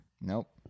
Nope